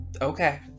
Okay